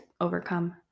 overcome